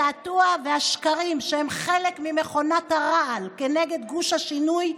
התעתוע והשקרים שהם חלק ממכונת הרעל כנגד גוש השינוי,